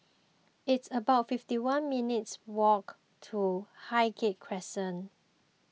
it's about fifty one minutes' walk to Highgate Crescent